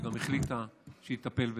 שגם החליטה שהיא תטפל בזה.